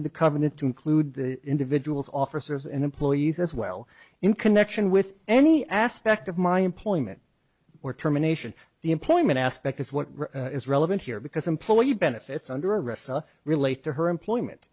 include the individual's officers and employees as well in connection with any aspect of my employment or terminations the employment aspect is what is relevant here because employee benefits under ressa relate to her employment